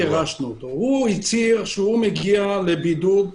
הוא הצהיר שהוא מגיע לבידוד,